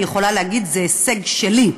אני יכולה להגיד שזה הישג שלי.